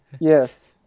Yes